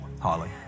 Holly